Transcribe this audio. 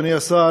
אדוני השר,